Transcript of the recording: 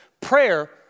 prayer